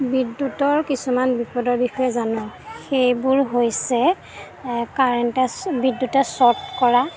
বিদ্যুতৰ কিছুমান বিপদৰ বিষয়ে জানোঁ সেইবোৰ হৈছে কাৰেণ্টে বিদ্যুতে চৰ্ট কৰা